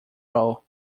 roll